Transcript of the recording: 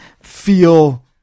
feel